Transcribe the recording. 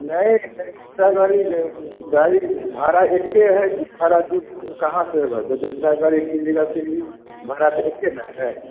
नहीं नहीं दूसरा गाड़ी गाड़ी भाड़ा एक ही है भाड़ा दो कहाँ से भाई जो दूसरा गाड़ी कीजिएगा फिर भी भाड़ा तो एक ही ना है